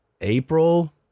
April